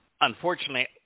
unfortunately